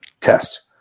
Test